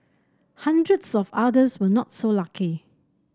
hundreds of others were not so lucky